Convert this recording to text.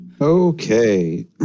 Okay